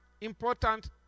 important